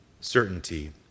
certainty